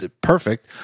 perfect